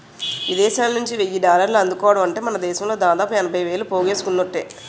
విదేశాలనుండి వెయ్యి డాలర్లు అందుకోవడమంటే మనదేశంలో దాదాపు ఎనభై వేలు పోగేసుకున్నట్టే